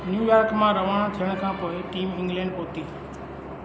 new York मां रवाना थियण खां पोइ टीम इंग्लैंड पहुती